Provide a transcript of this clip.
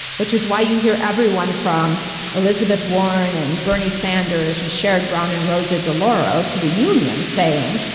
which is why you hear everyone from elizabeth warren, and bernie sanders, and sherrod brown, and rosa delauro to the union saying,